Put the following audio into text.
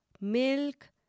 milk